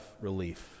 relief